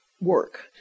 work